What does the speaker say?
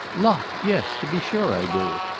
la, yes! to be sure i do.